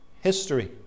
history